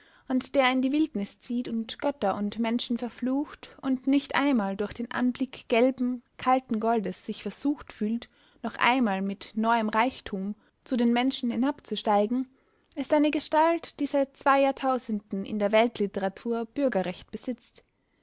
und der in die wildnis zieht und götter und menschen verflucht und nicht einmal durch den anblick gelben kalten goldes sich versucht fühlt noch einmal mit neuem reichtum zu den menschen hinabzusteigen ist eine gestalt die seit zwei jahrtausenden in der weltliteratur bürgerrecht besitzt